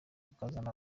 akazana